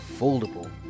foldable